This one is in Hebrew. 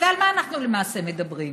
על מה אנחנו למעשה מדברים?